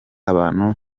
abantu